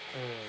mm